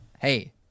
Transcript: hey